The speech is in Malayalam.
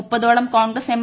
മുപ്പതോളം കോൺഗ്രസ് എം